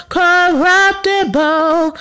corruptible